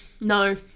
no